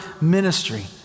ministry